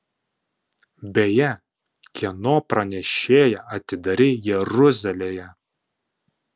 beje kieno pranešėją atidarei jeruzalėje